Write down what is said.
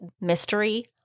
mystery